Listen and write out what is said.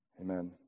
Amen